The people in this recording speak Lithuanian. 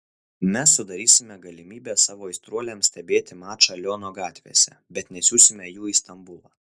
mes sudarysime galimybę savo aistruoliams stebėti mačą liono gatvėse bet nesiųsime jų į stambulą